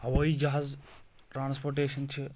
ہوٲیی جہاز ٹرانسپوٹیشن چھِ